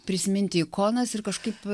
prisiminti ikonas ir kažkaip